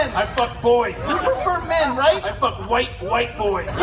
i fuck boys. you prefer men, right? i fuck white white boys.